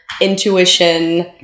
intuition